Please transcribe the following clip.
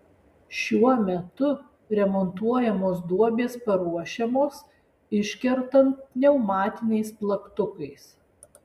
šiuo metu remontuojamos duobės paruošiamos iškertant pneumatiniais plaktukais